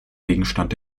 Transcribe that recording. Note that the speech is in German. gegenstand